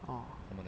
!wah!